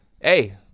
hey